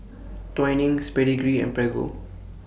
Twinings Pedigree and Prego